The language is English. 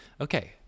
Okay